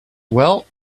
well